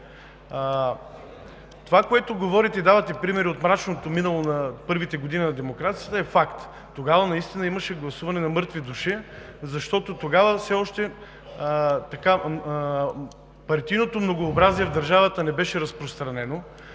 Това, за което говорите, и давате примери от мрачното минало на първите години на демокрацията, е факт. Тогава наистина имаше гласуване на мъртви души, защото тогава все още партийното многообразие в държавата не беше разпространено.